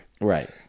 Right